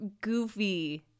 goofy